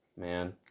man